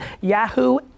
Yahoo